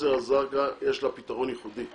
ז'סר אל-זרקא, יש לה פתרון ייחודי,